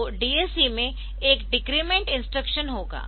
तो DAC में एक डेक्रेमेंट इंस्ट्रक्शन होगा